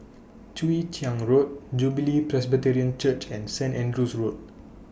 Chwee Chian Road Jubilee Presbyterian Church and Saint Andrew's Road